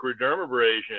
microdermabrasion